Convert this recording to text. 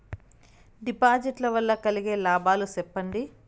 డిపాజిట్లు లు వల్ల కలిగే లాభాలు సెప్పండి?